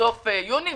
בסוף יוני.